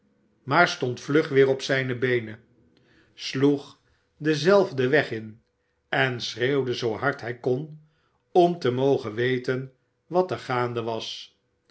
maar stond vlug weer op zijne beenen sloeg denzelfden weg in en schreeuwde zoo hard hij kon om te mogen weten wat er gaande was